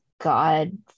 God